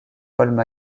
paul